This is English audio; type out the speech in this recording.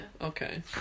Okay